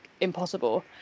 impossible